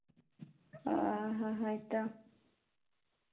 ᱚᱸᱻ ᱦᱚᱸ ᱦᱳᱭ ᱛᱚ